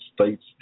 States